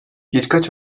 birkaç